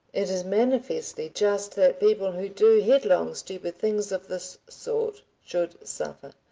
it is manifestly just that people who do headlong stupid things of this sort should suffer,